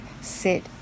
sit